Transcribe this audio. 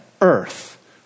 earth